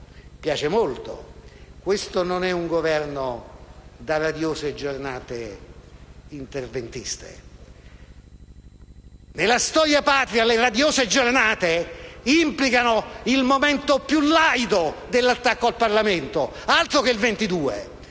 piace molto: questo non è un Governo da radiose giornate interventiste. Nella storia patria, le radiose giornate implicano il momento più laido dell'attacco al Parlamento, altro che il 1922.